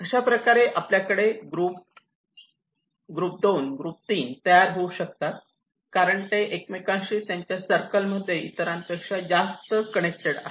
अशाप्रकारे आपल्याकडे group 2 group 3 तयार होऊ शकतात कारण ते एकमेकांशी त्यांच्या सर्कलमध्ये इतरांपेक्षा जास्त कनेक्टेड आहेत